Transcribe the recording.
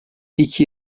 i̇ki